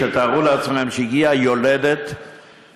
תתארו לעצמכם שהגיעה יולדת מארצות הברית למירון,